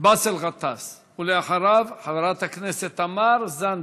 באסל גטאס, ואחריו, חברת הכנסת תמר זנדברג.